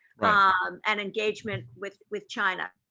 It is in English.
ah um and engagement with with china.